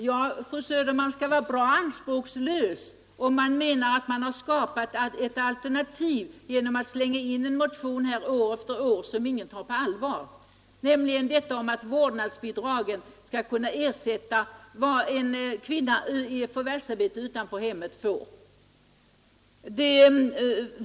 Herr talman! Man skall vara bra anspråkslös, fru Söder, om man anser att man har skapat ett alternativ genom att år efter år slänga in en motion som ingen tar på allvar, nämligen den om att vårdnadsbidragen skall kunna ersätta vad en kvinna i förvärvsarbete utanför hemmet får.